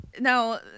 Now